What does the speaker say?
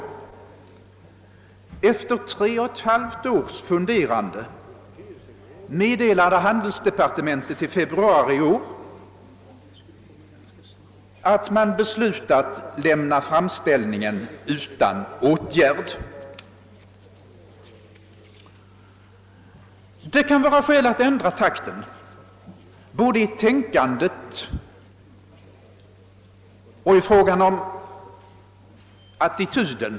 Efter tre och ett halvt års funderande meddelade handelsdepartementet i februari i år att man beslutat lämna framställningen utan åtgärd. Det kan vara skäl i att både ändra takten i tänkandet och det negativa i attityden.